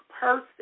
person